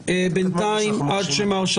אבל אתם יודעים כמה מאושפזים קשה